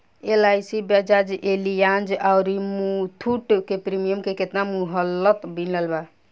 LIC Bajaj Allianz आउर मुथूट के premium के केतना मुहलत मिलल बा?